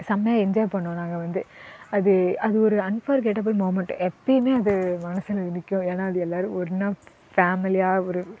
செம்மையா என்ஜாய் பண்ணோம் நாங்கள் வந்து அது அது ஒரு அன்ஃபர்கெட்டபிள் மொமண்ட் எப்போயுமே அது மனசில் நிற்கும் ஏன்னா அது எல்லோரும் ஒன்னாக ஃபேமிலியாக ஒரு